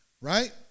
right